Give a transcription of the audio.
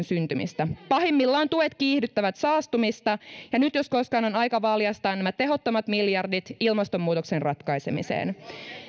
syntymistä pahimmillaan tuet kiihdyttävät saastumista ja nyt jos koskaan on aika valjastaa nämä tehottomat miljardit ilmastonmuutoksen ratkaisemiseen